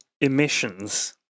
emissions